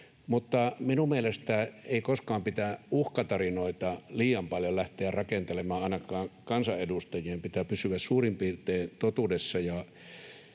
minun mielestäni ei koskaan pidä uhkatarinoita liian paljon lähteä rakentelemaan, ainakaan kansanedustajien. Pitää pysyä suurin piirtein totuudessa.